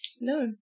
No